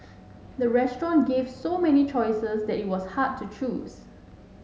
the restaurant gave so many choices that it was hard to choose